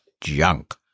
junk